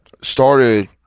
started